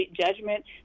judgment